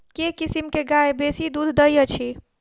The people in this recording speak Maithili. केँ किसिम केँ गाय बेसी दुध दइ अछि?